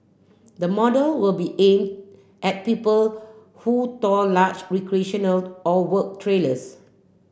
the model will be aim at people who tow large recreational or work trailers